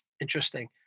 Interesting